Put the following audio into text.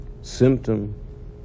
symptom